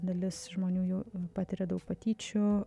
dalis žmonių patiria daug patyčių